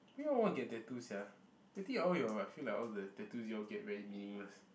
why you all want get tattoo sia I think all your I feel like all the tattoos you all get very meaningless